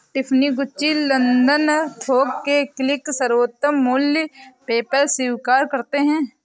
Tiffany, Gucci, London थोक के link, सर्वोत्तम मूल्य, पेपैल स्वीकार करते है